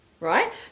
Right